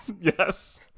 Yes